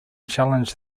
challenge